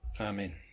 Amen